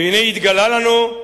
והנה התגלה לנו הדבר,